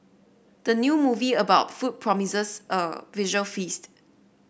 the new movie about food promises a visual feast